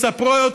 מספר על